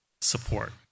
support